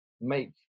make